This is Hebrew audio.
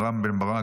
רם בן ברק,